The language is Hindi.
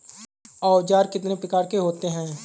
औज़ार कितने प्रकार के होते हैं?